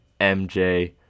MJ